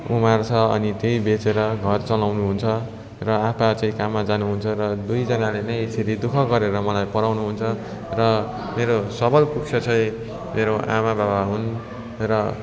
उमार्छ अनि त्यही बेचेर घर चलाउनुहुन्छ र आप्पा चाहिँ काममा जानुहुन्छ र दुईजनाले नै यसरी दुखः गरेर मलाई पढाउनु हुन्छ र मेरो सबल पक्ष चाहिँ मेरो आमा बाबा हुन् र